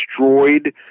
destroyed